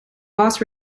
boss